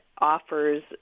offers